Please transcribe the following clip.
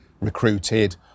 recruited